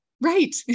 right